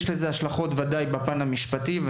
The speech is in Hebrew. ודאי שיש לזה השלכות בפן המשפטי,